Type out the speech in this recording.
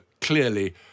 clearly